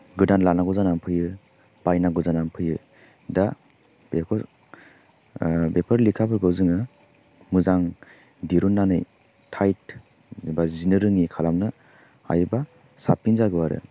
गोदान लानांगौ जानानै फैयो बायनांगौ जानानै फैयो दा बेफोर बेफोर लेखाफोरखौ जोङो मोजां दिरुननानै टाइट बा जिनो रोयि खालामनो हायोबा साफसिन जागौ आरो